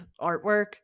artwork